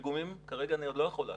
פיגומים, כרגע אני עוד לא יכול לאשר.